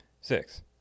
six